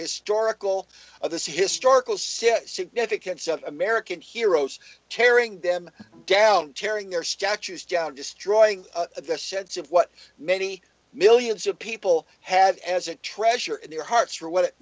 historical of this historical city significance of american heroes tearing them down tearing their statues down destroying the sense of what many millions of people have as a treasure in their hearts for what it